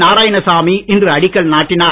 நாராயணசாமி இன்று அடிக்கல் நாட்டினார்